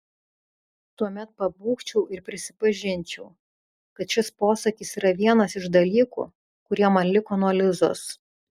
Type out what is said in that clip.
tuomet pabūgčiau ir prisipažinčiau kad šis posakis yra vienas iš dalykų kurie man liko nuo lizos